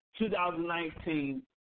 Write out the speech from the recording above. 2019